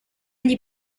gli